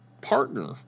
partner